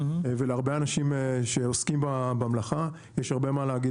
ולהרבה אנשים שעוסקים במלאכה יש הרבה מה להגיד